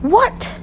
what